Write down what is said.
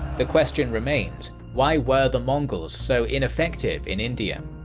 the question remains why were the mongols so ineffective in india?